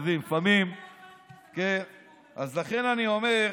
אז לכן אני אומר,